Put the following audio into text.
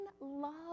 love